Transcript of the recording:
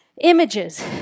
images